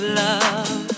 love